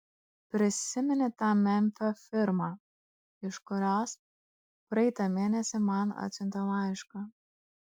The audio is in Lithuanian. prisimeni tą memfio firmą iš kurios praeitą mėnesį man atsiuntė laišką